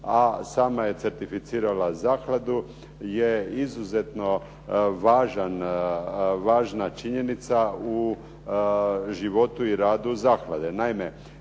a sama je certificirala zakladu je izuzetno važna činjenica u životu i radu zaklade.